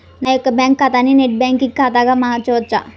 నా యొక్క బ్యాంకు ఖాతాని నెట్ బ్యాంకింగ్ ఖాతాగా మార్చవచ్చా?